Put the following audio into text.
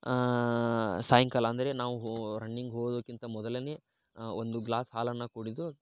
ಸಾಯಂಕಾಲ ಅಂದರೆ ನಾವು ರನ್ನಿಂಗ್ ಹೋಗೋದಕ್ಕಿಂತ ಮೊದ್ಲೆ ಒಂದು ಗ್ಲಾಸ್ ಹಾಲನ್ನು ಕುಡಿದು